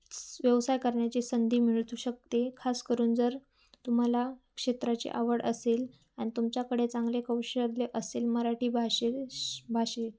स व्यवसाय करण्याची संधी मिळूतू शकते खासकरून जर तुम्हाला क्षेत्राची आवड असेल आणि तुमच्याकडे चांगले कौशल्य असेल मराठी भाषे श् भाषेत